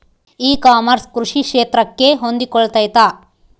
E commerce ಕೃಷಿ ಕ್ಷೇತ್ರಕ್ಕೆ ಹೊಂದಿಕೊಳ್ತೈತಾ?